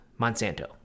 Monsanto